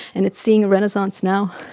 and it's seeing a renaissance now.